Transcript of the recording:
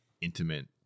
intimate